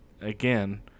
again